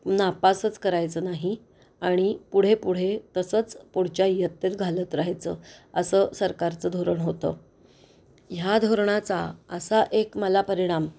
नापासच करायचं नाही आणि पुढेपुढे तसंच पुढच्या इयत्तेत घालत राहायचं असं सरकारचं धोरण होतं ह्या धोरणाचा असा एक मला परिणाम